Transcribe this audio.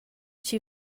chi